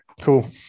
cool